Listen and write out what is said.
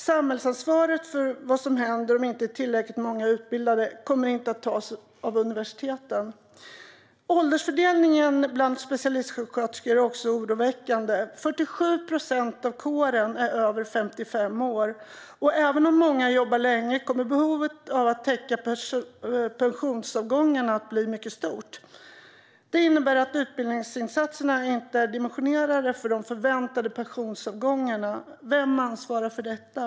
Samhällsansvaret för vad som händer om inte tillräckligt många utbildas kommer inte att tas av universiteten. Åldersfördelningen bland specialistsjuksköterskor är också oroväckande. 47 procent av kåren är över 55 år. Och även om många jobbar länge kommer behovet av att täcka pensionsavgångarna att bli mycket stort. Det innebär att utbildningsinsatserna inte är dimensionerade för de förväntade pensionsavgångarna. Vem ansvarar för detta?